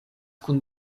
kun